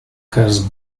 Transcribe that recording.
has